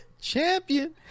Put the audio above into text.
Champion